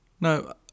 No